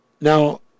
Now